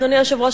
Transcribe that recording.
אדוני היושב-ראש,